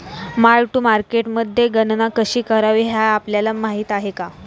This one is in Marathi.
मार्क टू मार्केटमध्ये गणना कशी करावी हे आपल्याला माहित आहे का?